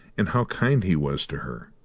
and how kind he was to her.